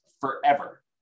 forever